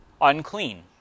unclean